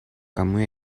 кому